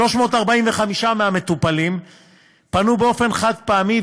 345 מהמטופלים פנו באופן חד-פעמי,